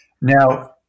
Now